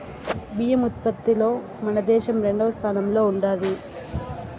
బియ్యం ఉత్పత్తిలో మన దేశం రెండవ స్థానంలో ఉండాది